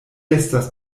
estas